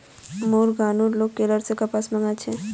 मोर गांउर लोग केरल स कपास मंगा छेक